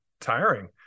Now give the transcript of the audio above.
tiring